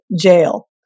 jail